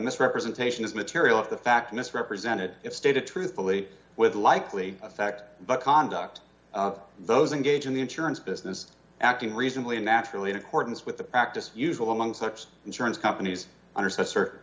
misrepresentation is material if the fact misrepresented it stated truthfully with a likely effect but conduct of those engage in the insurance business acting reasonably and naturally in accordance with the practice usual among such insurance companies under certain